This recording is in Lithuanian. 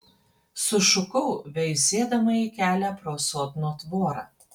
sušukau veizėdama į kelią pro sodno tvorą